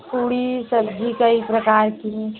पूड़ी सब्जी कई प्रकार की